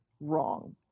wrong